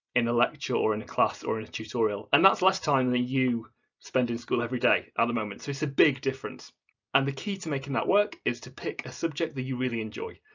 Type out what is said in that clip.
in a lecture or in a class or in a tutorial and that's less time than you spend in school every day at um the moment so it's a big difference and the key to making that work is to pick a subject that you really enjoy.